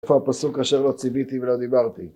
איפה הפסוק "אשר לא ציוויתי ולא דיברתי"?